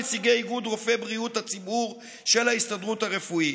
נציגי איגוד רופאי בריאות הציבור של ההסתדרות הרפואית,